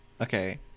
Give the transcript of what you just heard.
okay